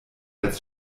als